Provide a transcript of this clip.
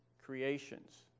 creations